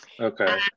Okay